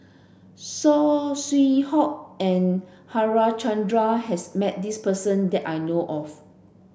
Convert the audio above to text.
Saw Swee Hock and Harichandra has met this person that I know of